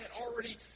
already